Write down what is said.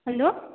hello